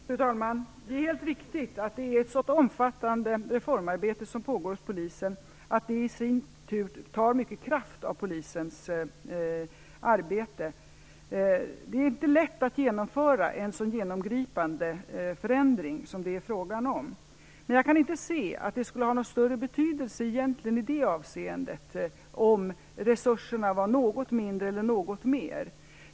Fru talman! Det är helt riktigt att ett sådant omfattande reformarbete som pågår hos Polisen i sin tur tar mycket kraft av Polisens arbete. Det är inte lätt att genomföra en sådan genomgripande förändring som det är frågan om. Men jag kan inte se att det skulle ha någon större betydelse i det avseendet egentligen om resurserna var något mindre eller något större.